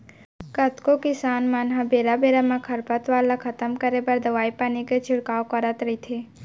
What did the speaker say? कतको किसान मन ह बेरा बेरा म खरपतवार ल खतम करे बर दवई पानी के छिड़काव करत रइथे